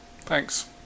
Thanks